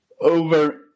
Over